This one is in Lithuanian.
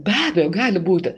be abejo gali būti